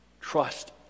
trust